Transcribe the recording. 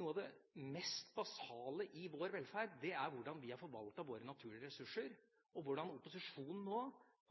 noe av det mest basale i vår velferd – hvordan vi har forvaltet våre naturlige ressurser, og hvordan opposisjonen nå